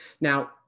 Now